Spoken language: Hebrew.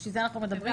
בשביל זה אנחנו מדברים.